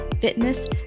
fitness